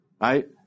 right